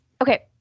Okay